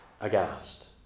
aghast